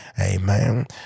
amen